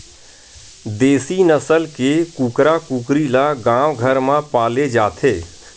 देसी नसल के कुकरा कुकरी ल गाँव घर म पाले जाथे